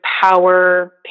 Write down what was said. power